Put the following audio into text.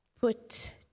put